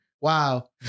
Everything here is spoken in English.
wow